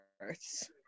births